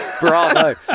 bravo